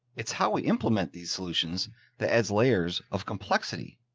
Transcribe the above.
it's how we implement these solutions that adds layers of complexity.